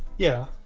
yeah